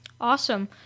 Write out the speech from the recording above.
Awesome